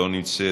לא נמצאת,